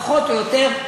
פחות או יותר,